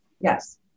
Yes